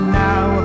now